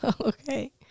Okay